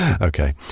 Okay